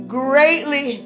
greatly